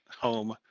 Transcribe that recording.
home